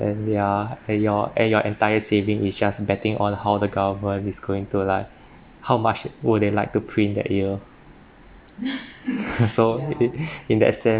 and ya and your and your entire saving is just betting on how the government is going to like how much would they like to print that year so in that sense